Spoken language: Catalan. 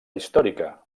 històrica